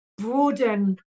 broaden